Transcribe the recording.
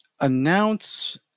announce